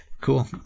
Cool